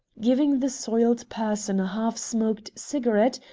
giving the soiled person a half-smoked cigarette,